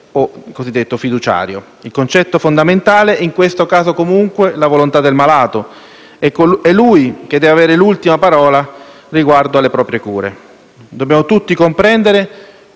o cosiddetto fiduciario. Il concetto fondamentale è comunque la volontà del malato, è lui che deve avere l'ultima parola riguardo alle proprie cure. Dobbiamo tutti comprendere